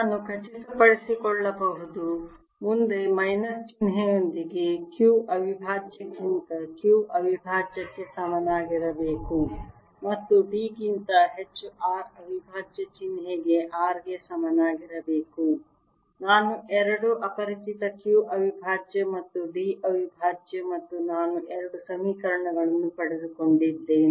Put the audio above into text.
ನಾನು ಖಚಿತಪಡಿಸಿಕೊಳ್ಳಬಹುದು ಮುಂದೆ ಮೈನಸ್ ಚಿಹ್ನೆಯೊಂದಿಗೆ q ಅವಿಭಾಜ್ಯ ಕ್ಕಿಂತ q ಅವಿಭಾಜ್ಯಕ್ಕೆ ಸಮನಾಗಿರಬೇಕು ಮತ್ತು d ಗಿಂತ ಹೆಚ್ಚು R ಅವಿಭಾಜ್ಯ ಚಿಹ್ನೆಗೆ R ಗೆ ಸಮನಾಗಿರಬೇಕು ನಾನು ಎರಡು ಅಪರಿಚಿತ q ಅವಿಭಾಜ್ಯ ಮತ್ತು d ಅವಿಭಾಜ್ಯ ಮತ್ತು ನಾನು ಎರಡು ಸಮೀಕರಣಗಳನ್ನು ಪಡೆದುಕೊಂಡಿದ್ದೇನೆ